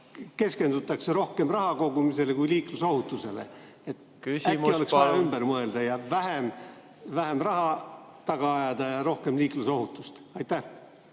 keskendutakse rohkem raha kogumisele kui liiklusohutusele. Küsimus palun! Äkki oleks vaja ümber mõelda, vähem raha ja rohkem liiklusohutust taga